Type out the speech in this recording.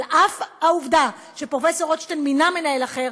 על אף העובדה שפרופסור רוטשטיין מינה מנהל אחר,